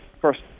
first